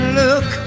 look